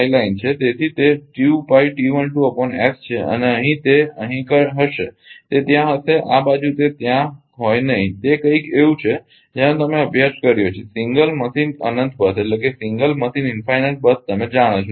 તેથી તે છે અને તે અહીં તે અહીં હશે તે ત્યાં હશે આ બાજુ તે ત્યાં હોય નહીં તે કંઇક એવું છે જેનો તમે અભ્યાસ કર્યો છે સિંગલ મશીન અનંત બસ જાણો છો